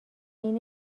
عین